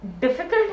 difficult